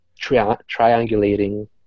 triangulating